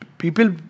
people